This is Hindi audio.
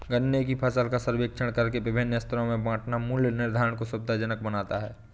गन्ने की फसल का सर्वेक्षण करके विभिन्न स्तरों में बांटना मूल्य निर्धारण को सुविधाजनक बनाता है